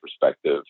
perspective